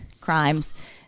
crimes